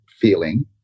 feeling